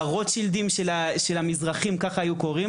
"הרוטשילדים של המזרחים" כך היו קוראים